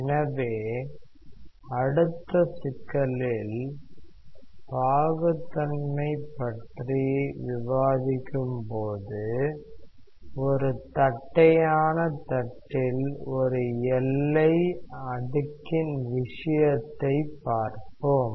எனவே அடுத்த சிக்கலில்பாகுத்தன்மை பற்றி விவாதிக்கும்போது ஒரு தட்டையான தட்டில் ஒரு எல்லை அடுக்கின் விஷயத்தை பார்ப்போம்